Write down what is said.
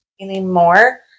anymore